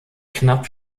knapp